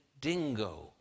dingo